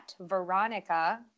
Veronica